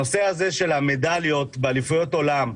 הנושא של המדליות באליפויות עולם,